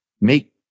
make